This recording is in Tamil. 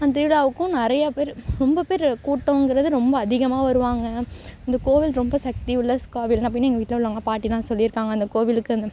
அந்த திருவிழாவுக்கும் நிறையா பேர் ரொம்ப பேர் கூட்டங்கிறது ரொம்ப அதிகமாக வருவாங்க இந்த கோவில் ரொம்ப சக்தி உள்ள ஸ் கோவில் அப்படின்னு எங்கள் வீட்டில் உள்ளவங்க பாட்டிலாம் சொல்லிருக்காங்க அந்த கோவிலுக்கு அந்த